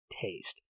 taste